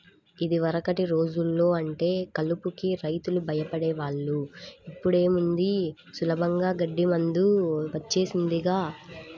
యిదివరకటి రోజుల్లో అంటే కలుపుకి రైతులు భయపడే వాళ్ళు, ఇప్పుడేముంది సులభంగా గడ్డి మందు వచ్చేసిందిగా